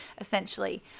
essentially